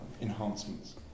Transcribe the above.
enhancements